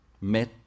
met